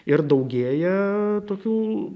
ir daugėja tokių